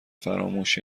فراموش